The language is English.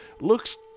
Looks